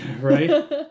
Right